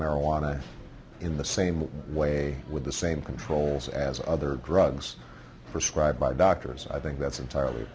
marijuana in the same way with the same controls as other drugs prescribed by doctors i think that's entirely